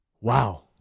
wow